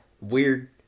weird